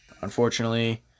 unfortunately